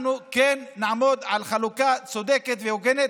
אנחנו כן נעמוד על חלוקה צודקת והוגנת,